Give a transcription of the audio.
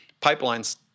pipelines